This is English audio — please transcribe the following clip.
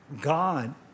God